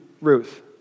Ruth